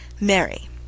Mary